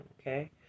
okay